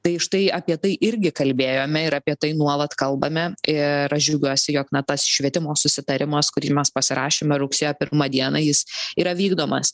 tai štai apie tai irgi kalbėjome ir apie tai nuolat kalbame ir aš džiaugiuosi jog na tas švietimo susitarimas kurį mes pasirašėme rugsėjo pirmą dieną jis yra vykdomas